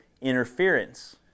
interference